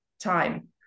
time